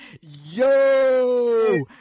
Yo